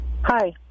Hi